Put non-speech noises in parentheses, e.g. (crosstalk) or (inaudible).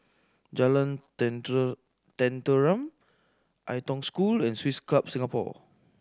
Jalan (unintelligible) Tenteram Ai Tong School and Swiss Club Singapore